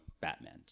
batman